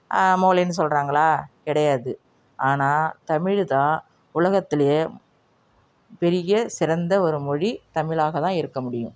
மோளேனு சொல்லுறாங்களா கிடையாது ஆனால் தமிழ்தான் உலகத்திலயே பெரிய சிறந்த ஒரு மொழி தமிழாக தான் இருக்க முடியும்